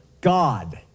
God